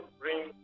bring